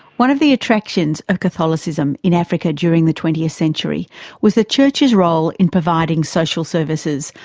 one of the attractions of catholicism in africa during the twentieth century was the church's role in providing social services,